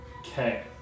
Okay